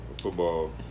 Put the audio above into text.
football